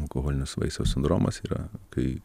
alkoholinis vaisiaus sindromas yra kai